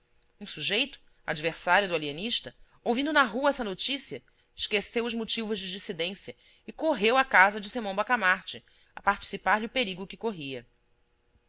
um sujeito adversário do alienista ouvindo na rua essa noticia esqueceu os motivos de dissidência e correu à casa de simão bacamarte a participar-lhe o perigo que corria